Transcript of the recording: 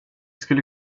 skulle